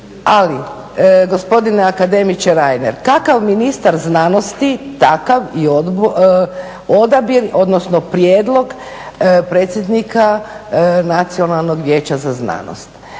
Ali gospodine akademiče Reiner, kakav ministar znanosti takav i odabir, odnosno prijedlog predsjednika Nacionalnog vijeća za znanost.